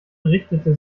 richtete